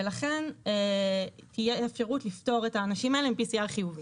ולכן תהיה אפשרות לפטור את האנשים האלה עם PCR חיובי.